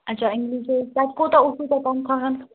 اچھا اِنٛگلِش حظ تَتہِ کوٗتاہ اوسوُ تۄہہِ تنخواہ ونخواہ